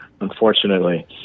unfortunately